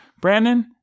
Brandon